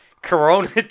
Corona